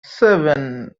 seven